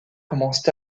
commencent